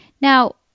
Now